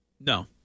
No